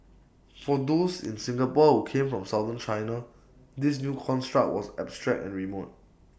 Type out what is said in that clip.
for those in Singapore who came from southern China this new construct was abstract and remote